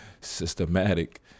Systematic